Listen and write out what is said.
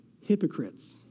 hypocrites